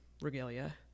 regalia